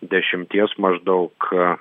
dešimties maždaug